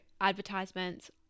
advertisements